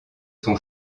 son